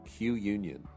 QUnion